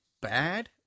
bad